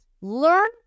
Learn